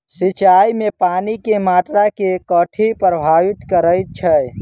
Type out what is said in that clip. सिंचाई मे पानि केँ मात्रा केँ कथी प्रभावित करैत छै?